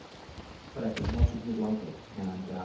but i think most of you like it and